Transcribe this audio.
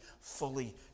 fully